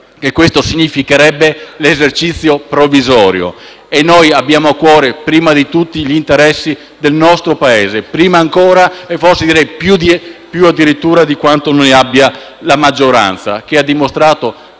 questo significherebbe l'esercizio provvisorio, e noi abbiamo a cuore prima di tutto gli interessi del nostro Paese, prima ancora e forse addirittura di più di quanto non ne abbia la maggioranza, che ha dimostrato